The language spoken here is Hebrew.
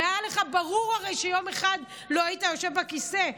הרי זה ברור לך שיום אחד לא היית יושב בכיסא,